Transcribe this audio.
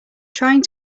trying